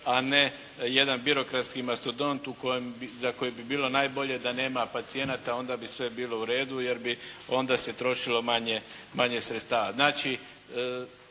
a ne jedan birokratski mastodont za kojeg bi bilo najbolje da nema pacijenata, onda bi sve bilo u redu jer bi onda se trošilo manje sredstava.